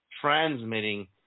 transmitting